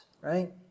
right